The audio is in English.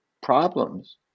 problems